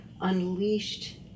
unleashed